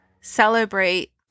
celebrate